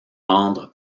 rendre